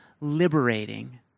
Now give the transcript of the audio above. liberating